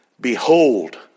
behold